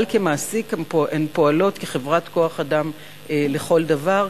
אבל כמעסיק הן פועלות כחברת כוח-אדם לכל דבר.